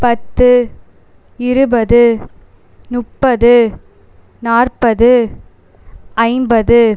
பத்து இருபது முப்பது நாற்பது ஐம்பது